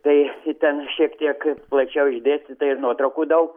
kai iten šiek tiek plačiau išdėstyta ir nuotraukų daug